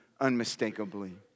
unmistakably